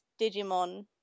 Digimon